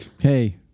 Hey